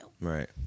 Right